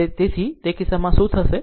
તેથી તે કિસ્સામાં શું થશે